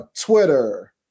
Twitter